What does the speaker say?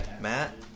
Matt